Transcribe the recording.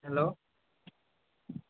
hello